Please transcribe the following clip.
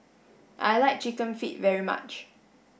I like chicken feet very much